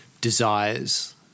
desires